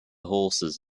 horses